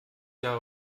jahr